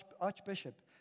archbishop